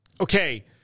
Okay